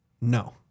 No